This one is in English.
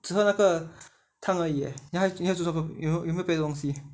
只喝那个汤而已 eh 你还还有煮什么有没有别别的东西